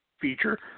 feature